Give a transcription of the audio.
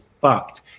fucked